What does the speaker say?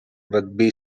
rugby